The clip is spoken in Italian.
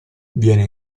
viene